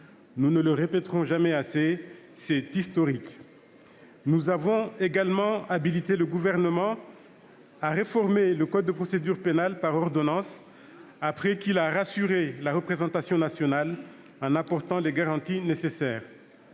Nous ne le répéterons jamais assez : c'est une mesure historique. Nous avons également habilité le Gouvernement à réformer le code de procédure pénale par ordonnance, après qu'il a rassuré la représentation nationale en apportant les garanties nécessaires